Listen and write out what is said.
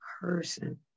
person